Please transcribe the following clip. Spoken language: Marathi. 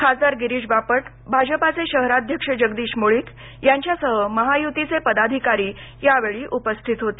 खासदार गिरीश बापट भाजपचे शहराध्यक्ष जगदीश मुळीक यांच्यासह महायुतीचे पदाधिकारी यावेळी उपस्थित होते